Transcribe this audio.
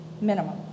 minimum